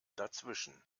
dazwischen